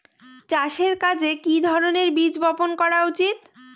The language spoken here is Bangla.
চাষের কাজে কি ধরনের বীজ বপন করা উচিৎ?